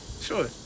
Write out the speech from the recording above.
Sure